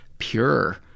pure